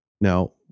Now